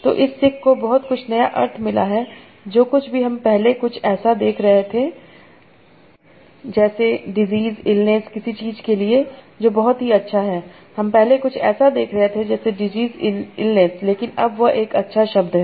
तो इस सिक को बहुत कुछ नया अर्थ मिला है जो कुछ भी हम पहले कुछ ऐसा देख रहे थे जैसे डीज़ीज़ इलनेस किसी चीज़ के लिए जो बहुत ही अच्छा है हम पहले कुछ ऐसा देख रहे थे जैसे डीज़ीज़ इलनेस लेकिन अब वो एक अच्छा शब्द है